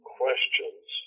questions